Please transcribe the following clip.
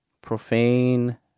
profane